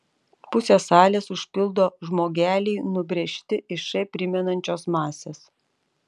pusę salės užpildo žmogeliai nubrėžti iš š primenančios masės